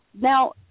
Now